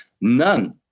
None